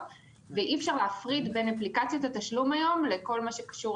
ואי אפשר להפריד בין אפליקציות התשלום היום לכל מה שקשור